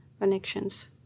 connections